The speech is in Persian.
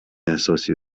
احساسی